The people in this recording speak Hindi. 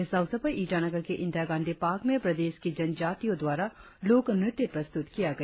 इस अवसर पर ईटानगर के इंदिरा गांधी पार्क में प्रदेश की जनजातियों द्वारा लोकनृत्य प्रस्तुत किया गया